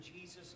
Jesus